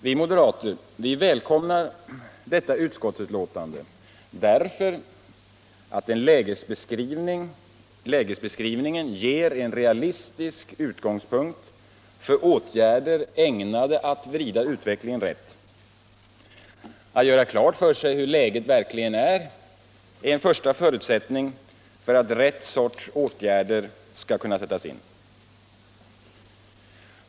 Vi moderater välkomnar detta utskottsbetänkande därför att lägesbeskrivningen ger en realistisk utgångspunkt för åtgärder ägnade att vrida utvecklingen rätt. Att göra klart för sig hur de verkliga förhållandena är utgör en första förutsättning för att rätt sorts åtgärder skall kunna sättas in.